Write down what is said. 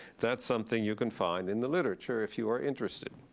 that's something you can find in the literature, if you are interested.